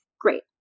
great